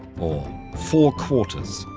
or four quarters,